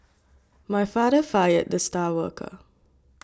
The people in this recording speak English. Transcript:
my father fired the star worker